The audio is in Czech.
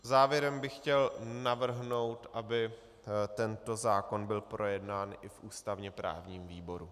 Závěrem bych chtěl navrhnout, aby tento zákon byl projednán i v ústavněprávním výboru.